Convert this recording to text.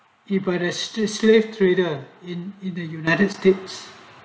you progress to slave trader in in the united states